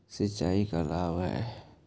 सिंचाई का लाभ है?